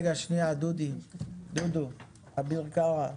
אביר קארה,